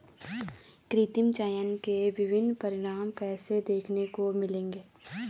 कृत्रिम चयन के विभिन्न परिणाम कैसे देखने को मिलेंगे?